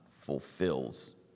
fulfills